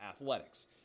athletics